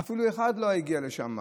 אפילו אחד לא הגיע לשם,